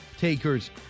takers